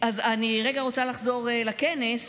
אני רגע רוצה לחזור לכנס.